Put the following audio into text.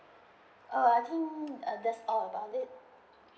err I think uh that's all about it